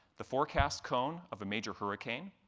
the forecast cone of a major hurricane,